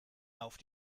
auf